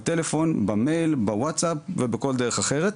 בטלפון, במייל, בווטסאפ ובכל דרך אחרת,